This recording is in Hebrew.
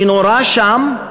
שנורה שם.